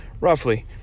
roughly